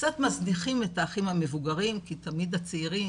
קצת מזניחים את האחים המבוגרים כי תמיד הצעירים,